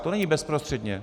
To není bezprostředně.